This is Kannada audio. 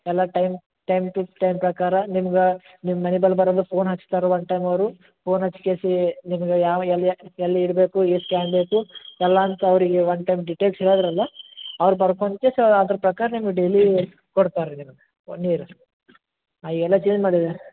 ಎಲ್ಲ ಟೈಮ್ ಟೈಮ್ ಟು ಟೈಮ್ ಪ್ರಕಾರ ನಿಮ್ಗೆ ನಿಮ್ಮ ಮನೆಬಲ್ ಬರುಮುಂದೆ ಫೋನ್ ಹಚ್ತಾರೆ ಒಂದು ಟೈಮ್ ಅವರು ಫೋನ್ ಹಚ್ಚಿ ಕೇಸಿ ನಿಮ್ಗೆ ಯಾವ ಎಲ್ಯಾ ಎಲ್ಲಿ ಇಡಬೇಕು ಎಷ್ಟು ಕ್ಯಾನ್ ಬೇಕು ಎಲ್ಲ ಅಂತ ಅವ್ರಿಗೆ ಒಂದು ಟೈಮ್ ಡಿಟೇಲ್ಸ್ ಹೇಳಿದ್ದಿರಲ್ಲ ಅವ್ರು ಬರ್ಕೊಳ್ತ ಅದ್ರ ಪ್ರಕಾರ ನಿಮ್ಗೆ ಡೇಲಿ ಕೊಡ್ತಾರೆ ರೀ ನಿಮ್ಗೆ ನೀರು ಆಂ ಎಲ್ಲ ಚೇಂಜ್ ಮಾಡಿದೇವೆ